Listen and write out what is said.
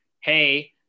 hey